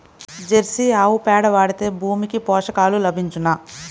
Jersey ఆవు పేడ వాడితే భూమికి పోషకాలు లభించునా?